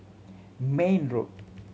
Mayne Road